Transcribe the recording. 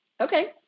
Okay